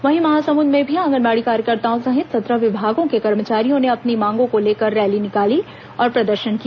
वहीं महासमुद में भी आंगनबाड़ी कार्यकर्ताओं सहित सत्रह विभागों के कर्मचारियों ने अपनी मांगों को लेकर रैली निकाली और प्रदर्शन किया